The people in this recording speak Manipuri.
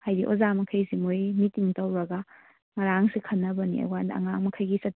ꯍꯥꯏꯗꯤ ꯑꯣꯖꯥ ꯃꯈꯩꯁꯤ ꯃꯈꯣꯏ ꯃꯤꯇꯤꯡ ꯇꯧꯔꯒ ꯉꯔꯥꯡꯁꯤ ꯈꯟꯅꯕꯅꯤ ꯑꯉꯥꯡ ꯃꯈꯩꯒꯤ ꯆꯠ